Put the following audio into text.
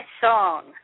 Song